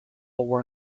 were